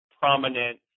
prominent